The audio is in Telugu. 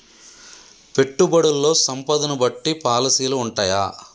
పెట్టుబడుల్లో సంపదను బట్టి పాలసీలు ఉంటయా?